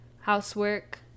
housework